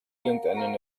irgendeinen